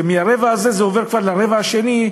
מהרבע הזה זה עובר כבר לרבע השני,